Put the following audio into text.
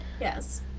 yes